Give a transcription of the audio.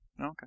Okay